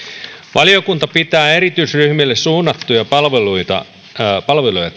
valiokunta pitää erityisryhmille suunnattuja palveluja